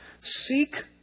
Seek